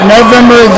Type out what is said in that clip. November